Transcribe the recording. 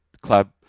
club